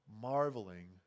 marveling